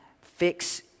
fix